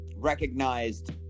Recognized